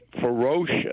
ferocious